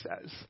says